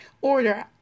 order